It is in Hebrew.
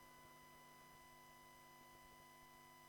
ועדת ועדת הכנסת, ואני אבקש מיושב-